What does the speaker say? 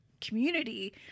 community